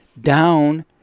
down